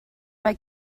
mae